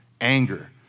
anger